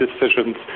decisions